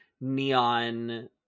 neon